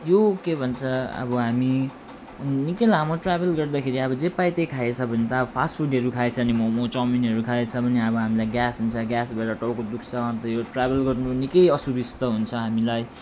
यो के भन्छ अब हामी निकै लामो ट्राभल गर्दाखेरि अब जे पायो त्यही खाएछ भने त अब फास्ट फुडहरू खाएछ भने मोमो चौमिनहरू खाएछ भने अब हामीलाई ग्यास हुन्छ ग्यास भएर टाउको दुख्छ अन्त यो ट्राभल गर्नु निकै असुबिस्ता हुन्छ हामीलाई